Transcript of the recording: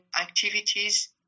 activities